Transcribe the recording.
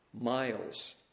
miles